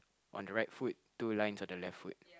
on the right foot two lines on the left foot